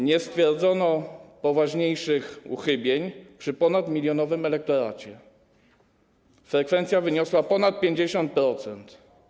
Nie stwierdzono poważniejszych uchybień, przy ponadmilionowym elektoracie frekwencja wyniosła ponad 50%.